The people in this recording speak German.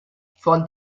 von